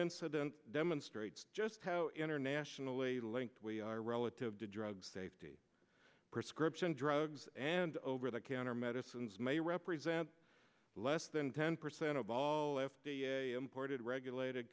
incident demonstrates just how internationally linked we are relative to drug safety prescription drugs and over the counter medicines may represent less than ten percent of all imported regulated